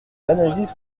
l’analyse